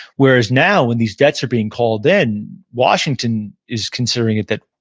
whereas now, when these debts are being called in, washington is considering it that,